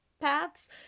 paths